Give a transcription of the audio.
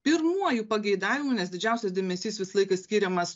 pirmuoju pageidavimu nes didžiausias dėmesys visą laiką skiriamas